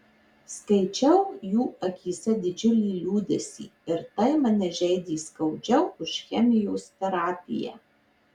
skaičiau jų akyse didžiulį liūdesį ir tai mane žeidė skaudžiau už chemijos terapiją